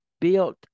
built